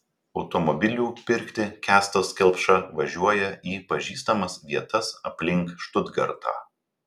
automobilių pirkti kęstas kelpša važiuoja į pažįstamas vietas aplink štutgartą